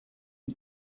and